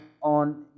on